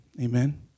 amen